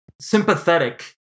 sympathetic